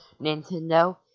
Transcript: Nintendo